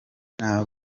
nta